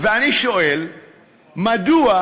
ואני שואל מדוע.